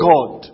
God